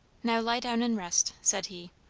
now lie down and rest, said he.